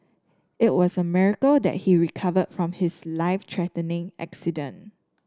it was a miracle that he recovered from his life threatening accident